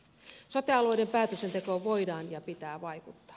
sote alueiden päätöksentekoon voidaan ja pitää vaikuttaa